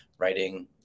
writing